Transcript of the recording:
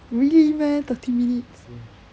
really meh thirty minutes